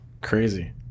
Crazy